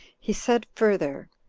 he said further,